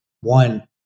one